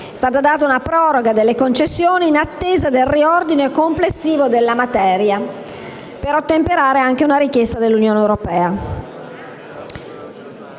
È stata data una proroga delle concessioni in attesa del riordino complessivo della materia, per ottemperare anche a una richiesta dell'Unione europea.